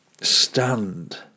stand